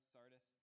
Sardis